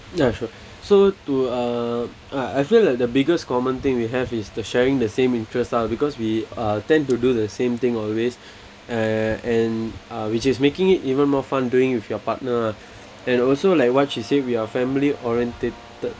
ya sure so to uh uh I feel like the biggest common thing we have is the sharing the same interest lah because we uh tend to do the same thing always uh and uh which is making it even more fun doing with your partner ah and also like what she said we are family orientated